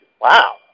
Wow